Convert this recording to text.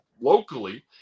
locally